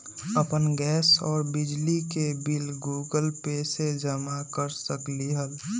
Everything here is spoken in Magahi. अपन गैस और बिजली के बिल गूगल पे से जमा कर सकलीहल?